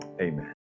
amen